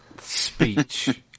speech